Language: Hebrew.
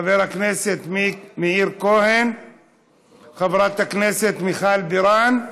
חבר הכנסת מאיר כהן, חברת הכנסת מיכל בירן,